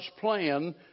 plan